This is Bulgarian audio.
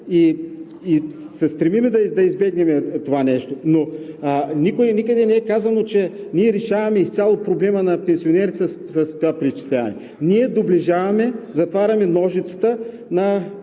и се стремим да избегнем това нещо. Но никъде не е казано, че решаваме изцяло проблема на пенсионерите с това преизчисляване. Ние доближаваме, затваряме ножицата на